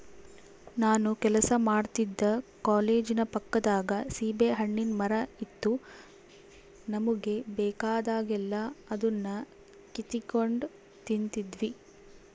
ನಾನು ಕೆಲಸ ಮಾಡ್ತಿದ್ದ ಕಾಲೇಜಿನ ಪಕ್ಕದಾಗ ಸೀಬೆಹಣ್ಣಿನ್ ಮರ ಇತ್ತು ನಮುಗೆ ಬೇಕಾದಾಗೆಲ್ಲ ಅದುನ್ನ ಕಿತಿಗೆಂಡ್ ತಿಂತಿದ್ವಿ